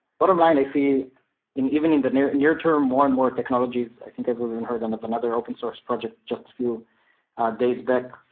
bottom line, i see even in the near near term, more and more technologies. i think i've even heard and of another open source project just a few days back.